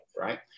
right